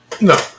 No